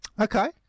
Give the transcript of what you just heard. Okay